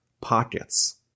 pockets